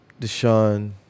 Deshaun